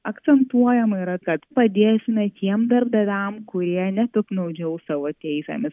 akcentuojama yra kad padėsime tiem darbdaviam kurie nepiktnaudžiaus savo teisėmis